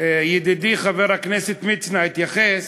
וידידי חבר הכנסת מצנע התייחס,